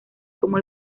como